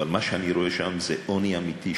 זה עוני אמיתי.